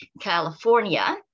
California